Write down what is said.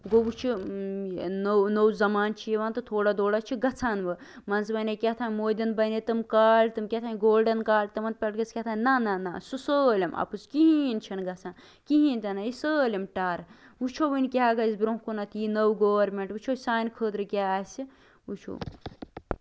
گوٚو وۄنۍ چھُ نو نو زمان چھُ یِوان تہٕ تھوڑا تھوڑا تھوڑا چھُ گژھان وۄنۍ منٛزٕ وَنے کیاہ تام مودِین بَنے تِم کاڑ تِم کیٚنٛہہ تام کولڈَن کاڑ تِمن پٮ۪ٹھ گژھِ کیاہ تام نہ نہ نہ سُہ سٲلِم اَپُز کِہینۍ چھُنہٕ گژھان کِہینۍ تہِ نہٕ یہِ چھُ سٲلِم ٹَر وٕچھو وۄنۍ کیاہ گژھِ برونہہ کُنَتھ یہِ نٔو گورمینٹ وٕچھو سانہِ خٲطرٕ کیاہ آسہِ وٕچھو